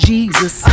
Jesus